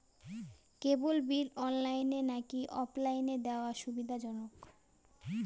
কেবল bill অনলাইনে নাকি অফলাইনে দেওয়া সুবিধাজনক?